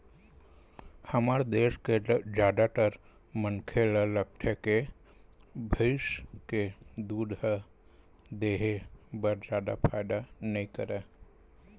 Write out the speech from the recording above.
हमर देस के जादातर मनखे ल लागथे के भइस के दूद ह देहे बर जादा फायदा नइ करय